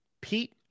Pete